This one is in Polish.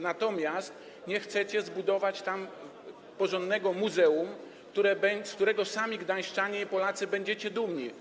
Natomiast nie chcecie zbudować tam porządnego muzeum, z którego sami gdańszczanie i Polacy będą dumni.